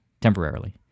temporarily